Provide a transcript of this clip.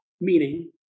meaning